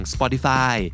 Spotify